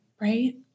right